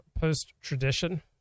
post-tradition